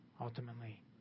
ultimately